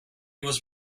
was